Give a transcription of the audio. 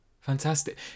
fantastic